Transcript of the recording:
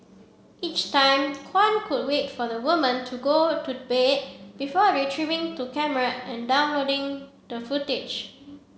each time Kwan could wait for the woman to go to bed before retrieving to camera and downloading the footage